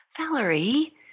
Valerie